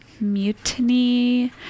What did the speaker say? Mutiny